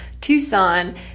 Tucson